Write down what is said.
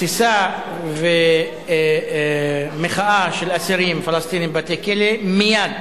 תסיסה ומחאה של אסירים פלסטינים בבתי-כלא מייד